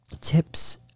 tips